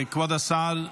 כבוד השר,